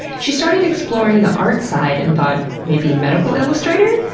she started exploring the art side and thought, maybe medical illustrator?